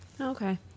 Okay